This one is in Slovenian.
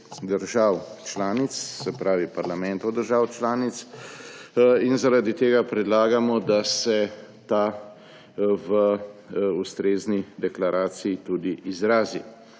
držav članic, se pravi parlamentov držav članic, in zaradi tega predlagamo, da se ta v ustrezni deklaraciji tudi izrazi.